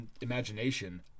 imagination